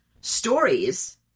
stories